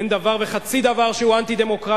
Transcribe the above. אין דבר וחצי דבר שהוא אנטי-דמוקרטי,